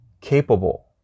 capable